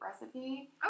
recipe